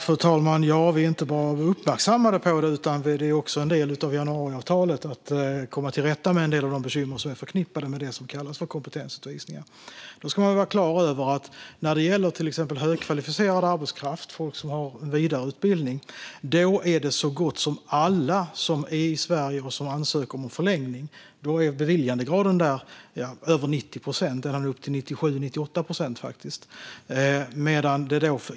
Fru talman! Vi är inte bara uppmärksammade på detta, utan det är även en del av januariavtalet att komma till rätta med en del av de bekymmer som är förknippade med det som kallas kompetensutvisningar. Man ska vara klar över att beviljandegraden är över 90 procent - faktiskt ända upp till 97-98 procent - för högkvalificerad arbetskraft, alltså folk som har vidareutbildning, i Sverige som ansöker om förlängning.